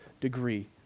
degree